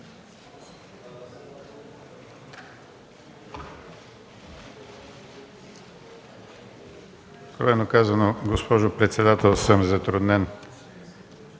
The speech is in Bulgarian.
Откровено казано, госпожо председател, съм затруднен